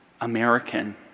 American